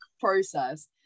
process